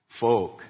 folk